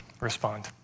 respond